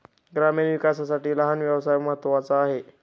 ग्रामीण विकासासाठी लहान व्यवसाय महत्त्वाचा आहे